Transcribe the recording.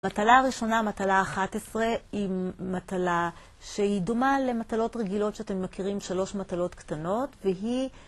מטלה ראשונה, מטלה 11, היא מטלה שהיא דומה למטלות רגילות שאתם מכירים, שלוש מטלות קטנות והיא